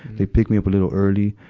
they picked me up a little early.